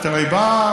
את הרי באה,